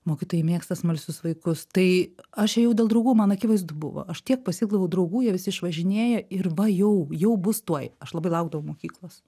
mokytojai mėgsta smalsius vaikus tai aš ėjau dėl draugų man akivaizdu buvo aš tiek pasiilgdavau draugų jie visi išvažinėja ir va jau jau bus tuoj aš labai laukdavau mokyklos